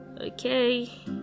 Okay